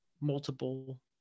multiple